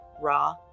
raw